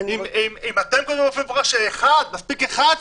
אם אתם כותבים באופן מפורש שמספיק אחד,